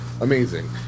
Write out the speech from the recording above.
amazing